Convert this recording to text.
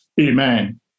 Amen